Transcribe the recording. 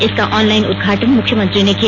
इसका ऑनलाइन उदघाटन मुख्यमंत्री ने किया